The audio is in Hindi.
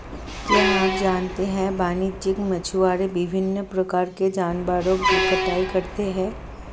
क्या आप जानते है वाणिज्यिक मछुआरे विभिन्न प्रकार के जानवरों की कटाई करते हैं?